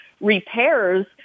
repairs